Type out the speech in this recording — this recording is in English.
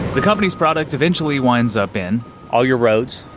the company's product eventually winds up in all your roads,